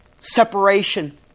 separation